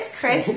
Chris